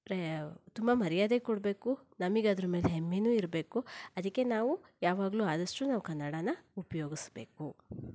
ತುಂಬ ಮರ್ಯಾದೆ ಕೊಡಬೇಕು ನಮಗೆ ಅದರ ಮೇಲೆ ಹೆಮ್ಮೆಯೂ ಇರಬೇಕು ಅದಕ್ಕೆ ನಾವು ಯಾವಾಗಲೂ ಆದಷ್ಟು ನಾವು ಕನ್ನಡಾನ ಉಪಯೋಗಿಸ್ಬೇಕು